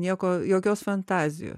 nieko jokios fantazijos